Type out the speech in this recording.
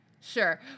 sure